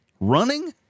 Running